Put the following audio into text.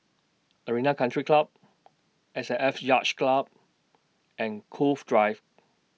Arena Country Club S A F Yacht Club and Cove Drive